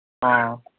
ꯑꯥ